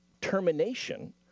termination